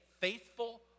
faithful